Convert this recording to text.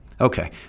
Okay